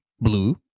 blue